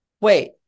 wait